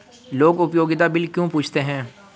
लोग उपयोगिता बिल क्यों पूछते हैं?